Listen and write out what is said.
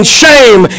shame